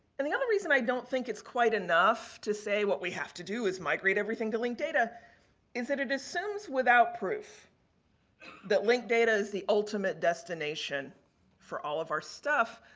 and the other reason i don't think it's quite enough to say what we have to do is migrate everything to link data is that it assumes without proof that link data is the ultimate destination for all of our stuff.